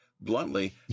bluntly